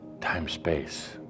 time-space